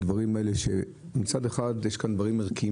הדברים האלה מצד אחד יש כאן דברים ערכיים